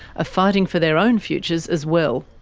ah fighting for their own futures as well.